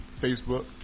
Facebook